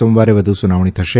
સોમવારે વધુ સુનાવણી થશે